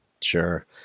Sure